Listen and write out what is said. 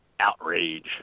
outrage